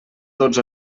tots